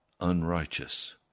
unrighteous